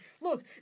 Look